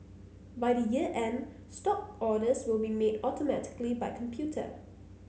by the year end stock orders will be made automatically by computer